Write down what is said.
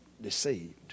deceived